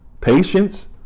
Patience